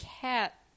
cat